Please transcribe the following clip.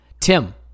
Tim